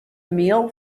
meal